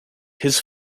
his